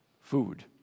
food